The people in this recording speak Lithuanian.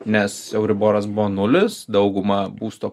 nes euriboras buvo nulis dauguma būsto